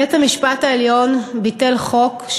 בית-המשפט העליון ביטל חוק,